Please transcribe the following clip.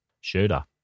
Shooter